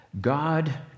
God